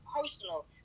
personal